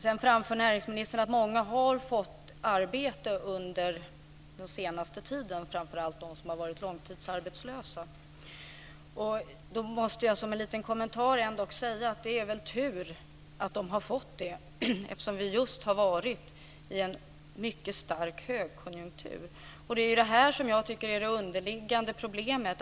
Sedan framförde näringsministern att många har fått arbete under den senaste tiden, framför allt personer som har varit långtidsarbetslösa. Då måste jag komma med en liten kommentar: Det är väl tur att de har fått jobb eftersom det just har varit en mycket stark högkonjunktur. Det är det som jag tycker är det underliggande problemet.